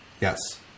Yes